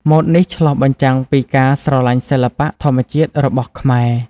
ម៉ូដនេះឆ្លុះបញ្ចាំងពីការស្រឡាញ់សិល្បៈធម្មជាតិរបស់ខ្មែរ។